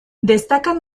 destacan